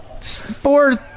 four